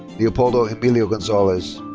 leopoldo emilio gonzalez.